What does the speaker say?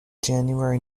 january